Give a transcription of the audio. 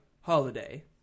holiday